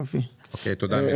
תודה.